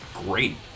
great